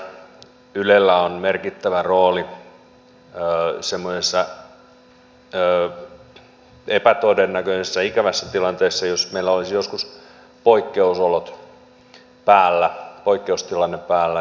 ylellä on merkittävä rooli semmoisessa epätodennäköisessä ikävässä tilanteessa jos meillä olisi joskus poikkeusolot päällä poikkeustilanne päällä